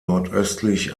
nordöstlich